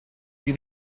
you